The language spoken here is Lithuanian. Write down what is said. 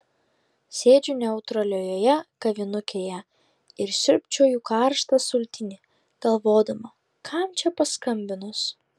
sėdžiu neutraliojoje kavinukėje ir siurbčioju karštą sultinį galvodama kam čia paskambinus